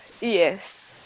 Yes